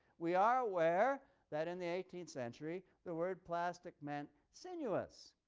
we are aware that in the eighteenth century the word plastic meant sinuous,